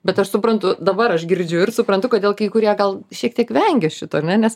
bet aš suprantu dabar aš girdžiu ir suprantu kodėl kai kurie gal šiek tiek vengia šito ar ne nes